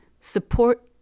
support